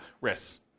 risks